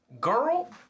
Girl